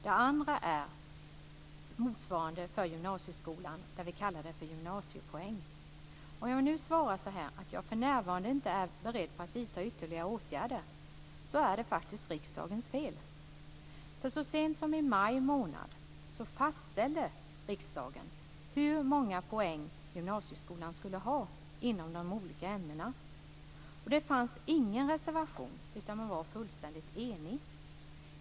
Det andra är motsvarande för gymnasieskolan, där vi kallar det för gymnasiepoäng. När jag nu svarar att jag för närvarande inte är beredd att vidta ytterligare åtgärder är det faktiskt riksdagens fel. Så sent som i maj månad fastställde riksdagen hur många poäng gymnasieskolan skulle ha inom de olika ämnena. Det fanns ingen reservation, utan man var fullständigt enig.